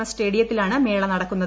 S സ്റ്റേഡിയത്തിലാണ് മേള നടക്കുന്നത്